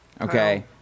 okay